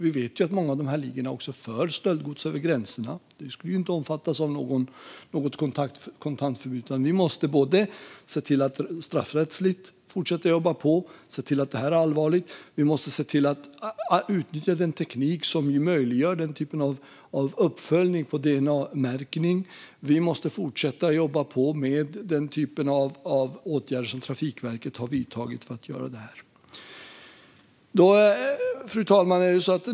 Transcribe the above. Vi vet att många av de här ligorna också för stöldgods över gränserna. Detta skulle ju inte omfattas av något kontantförbud, utan vi måste fortsätta att jobba på straffrättsligt och se till att utnyttja den teknik som möjliggör dna-märkning och uppföljning. Vi måste fortsätta att jobba på med den typen av åtgärder som Trafikverket har vidtagit för att göra det här. Fru talman!